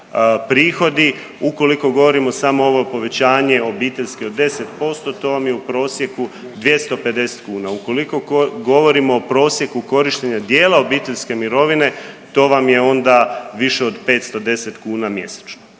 prihodi ukoliko govorimo samo ovo povećanje obiteljske od 10%, to vam je u prosjeku 250 kuna, ukoliko govorimo o prosjeku korištenja dijela obiteljske mirovine, to vam je ona više od 510 kuna mjesečno.